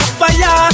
fire